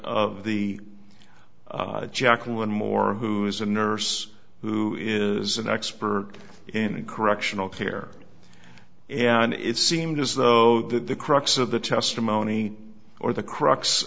of the jack one more who is a nurse who is an expert in correctional care and it seemed as though that the crux of the testimony or the crux